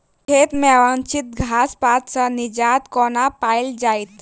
खेत मे अवांछित घास पात सऽ निजात कोना पाइल जाइ?